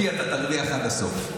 אותי אתה תרוויח עד הסוף.